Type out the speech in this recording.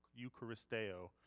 eucharisteo